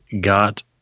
got